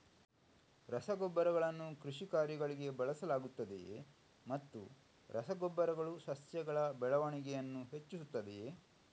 ರಸಗೊಬ್ಬರಗಳನ್ನು ಕೃಷಿ ಕಾರ್ಯಗಳಿಗೆ ಬಳಸಲಾಗುತ್ತದೆಯೇ ಮತ್ತು ರಸ ಗೊಬ್ಬರಗಳು ಸಸ್ಯಗಳ ಬೆಳವಣಿಗೆಯನ್ನು ಹೆಚ್ಚಿಸುತ್ತದೆಯೇ?